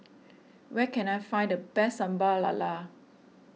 where can I find the best Sambal Lala